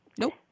Nope